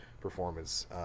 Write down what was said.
performance